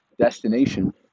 destination